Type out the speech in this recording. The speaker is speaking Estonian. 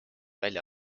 välja